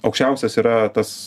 aukščiausias yra tas